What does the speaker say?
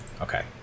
Okay